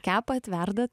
kepat verdat